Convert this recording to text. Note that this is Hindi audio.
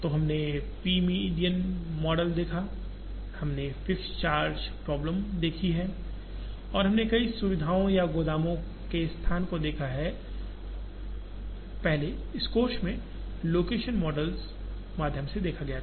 तो हमने पी मीडियन मॉडल को देखा है हमने फिक्स्ड चार्ज प्रॉब्लम्स देखी है और हमने कई सुविधाओं या गोदामों के स्थान को देखा है पहले इस कोर्स में लोकेशन मॉडल्स माध्यम से देखा गया था